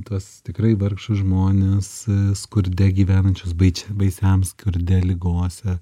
tuos tikrai vargšus žmones skurde gyvenančius baičia baisiam skurde ligose